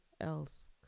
else